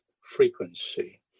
frequency